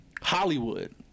Hollywood